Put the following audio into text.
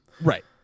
Right